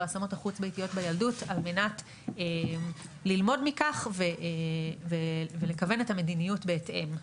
ההשמות החוץ-ביתיות בילדות על מנת ללמוד מכך ולכוון את המדיניות בהתאם.